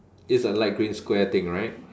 it's a light green square thing right